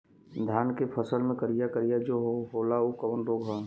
धान के फसल मे करिया करिया जो होला ऊ कवन रोग ह?